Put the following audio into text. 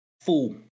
full